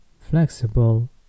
flexible